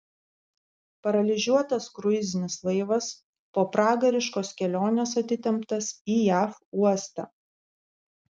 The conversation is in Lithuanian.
paralyžiuotas kruizinis laivas po pragariškos kelionės atitemptas į jav uostą